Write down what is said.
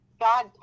God